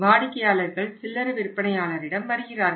வாடிக்கையாளர்கள் சில்லறை விற்பனையாளரிடம் வருகிறார்கள்